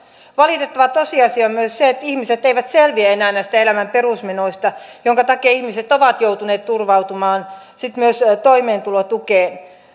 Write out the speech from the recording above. valitettava tosiasia on myös se että ihmiset eivät selviä enää näistä elämän perusmenoista minkä takia ihmiset ovat joutuneet turvautumaan sitten myös toimeentulotukeen